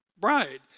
bride